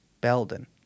Belden